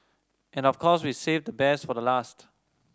and of course we've saved the best for last